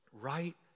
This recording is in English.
right